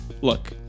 look